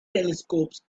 telescopes